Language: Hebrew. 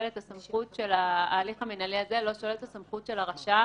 לו אפשר לעשות את עיקול המיטלטלין אצלו בבית,